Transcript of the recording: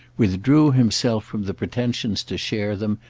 withdrew himself from the pretension to share them,